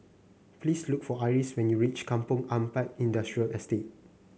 please look for Iris when you reach Kampong Ampat Industrial Estate